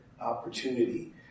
opportunity